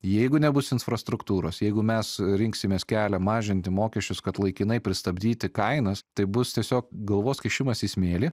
jeigu nebus infrastruktūros jeigu mes rinksimės kelią mažinti mokesčius kad laikinai pristabdyti kainas tai bus tiesiog galvos kišimas į smėlį